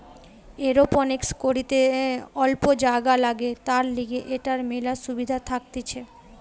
aeroponics করিতে অল্প জাগা লাগে, তার লিগে এটার মেলা সুবিধা থাকতিছে